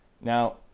Now